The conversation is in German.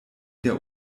der